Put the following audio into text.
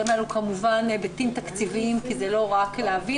האלה כמובן היבטים תקציביים כי זה לא רקק להבין,